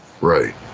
Right